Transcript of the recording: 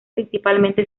principalmente